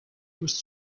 was